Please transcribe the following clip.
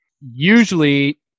Usually